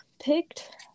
picked